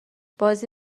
بازی